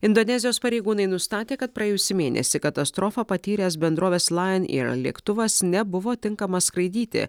indonezijos pareigūnai nustatė kad praėjusį mėnesį katastrofą patyręs bendrovės lain eir lėktuvas nebuvo tinkamas skraidyti